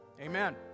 Amen